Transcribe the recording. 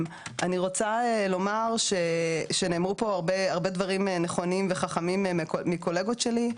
אני רוצה לומר שנאמרו פה הרבה דברים נכונים וחכמים מקולגות שלי,